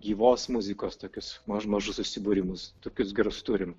gyvos muzikos tokius maž mažus susibūrimus tokius gerus turim